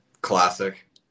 Classic